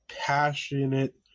passionate